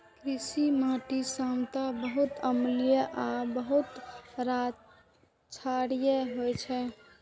कृषि माटि सामान्यतः बहुत अम्लीय आ बहुत क्षारीय होइ छै